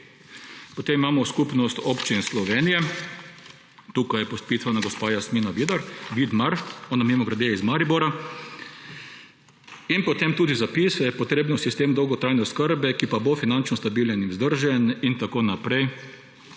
Potem imamo Skupnost občin Slovenije. Tukaj je podpisana gospa Jasmina Vidmar. Ona je, mimogrede, iz Maribora. In potem tudi zapiše, da je potreben sistem dolgotrajne oskrbe, ki pa bo finančno stabilen in vzdržen in tako naprej;